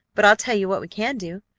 but i'll tell you what we can do!